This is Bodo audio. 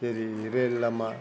जेरै रेल लामा